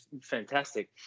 fantastic